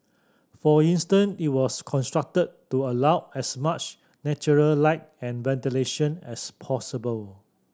for instance it was constructed to allow as much natural light and ventilation as possible